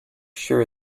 sure